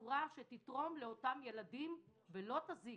בצורה שתתרום לאותם ילדים, ולא תזיק